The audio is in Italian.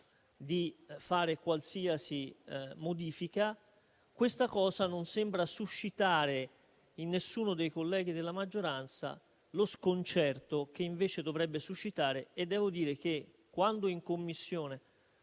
di apportare qualsiasi modifica. Tutto ciò non sembra suscitare in nessuno dei colleghi della maggioranza lo sconcerto che invece dovrebbe suscitare. E devo dire che, quando in Commissione